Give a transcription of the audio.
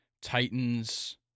Titans